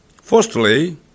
Firstly